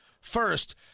First